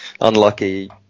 unlucky